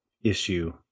issue